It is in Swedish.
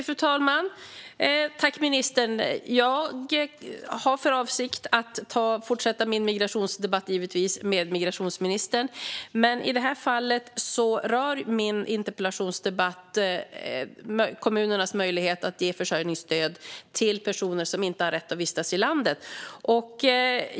Fru talman och ministern! Jag har givetvis för avsikt att fortsätta min migrationsdebatt med migrationsministern. Men i det här fallet rör min interpellation kommunernas möjlighet att ge försörjningsstöd till personer som inte har rätt att vistats i landet.